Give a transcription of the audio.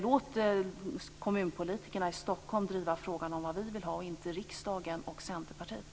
Låt kommunpolitikerna i Stockholm driva frågan om vad vi vill ha, inte riksdagen och Centerpartiet.